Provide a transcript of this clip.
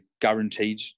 guaranteed